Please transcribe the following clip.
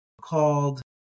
called